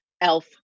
elf